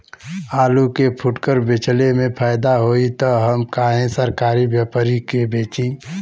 आलू के फूटकर बेंचले मे फैदा होई त हम काहे सरकारी व्यपरी के बेंचि?